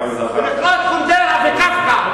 ולקרוא את קונדרה וקפקא.